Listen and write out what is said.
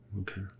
Okay